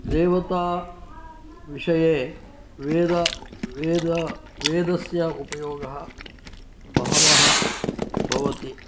देवता विषये वेदस्य उपयोगः बहवः भवति